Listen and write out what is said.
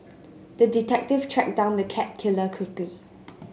the detective tracked down the cat killer quickly